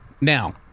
Now